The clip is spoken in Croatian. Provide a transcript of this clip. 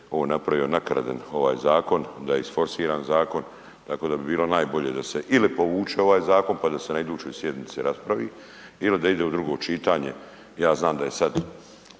ovo napravio nakaradan ovaj zakon, da je isforsiran zakon, tako da bi bilo najbolje da se ili povuče ovaj zakon, pa da se na idućoj sjednici raspravi ili da ide u drugo čitanje, ja znam da je sad